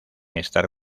estar